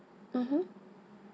mmhmm